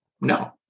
No